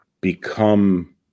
become